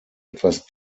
etwas